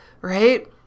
Right